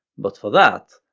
but for that,